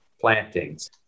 plantings